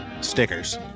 stickers